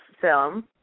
film